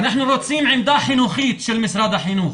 אנחנו רוצים עמדה חינוכית של משרד החינוך.